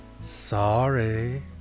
Sorry